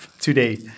today